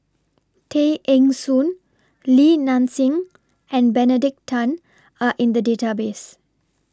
Tay Eng Soon Li Nanxing and Benedict Tan Are in The Database